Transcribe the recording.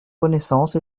connaissance